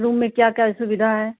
room में क्या क्या सुविधा है